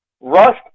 Rust